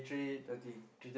thirty